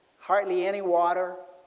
hardly any water.